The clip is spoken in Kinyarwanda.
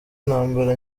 ntambara